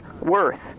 worth